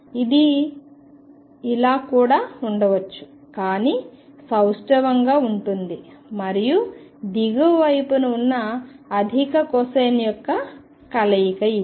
ఇది ఇలా కూడా ఉండవచ్చు కానీ సౌష్టవంసిమెట్రికల్ గా ఉంటుంది మరియు దిగువ వైపున ఉన్న అధిక కొసైన్ యొక్క కలయిక ఇది